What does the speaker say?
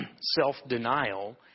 self-denial